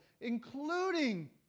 including